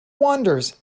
wanders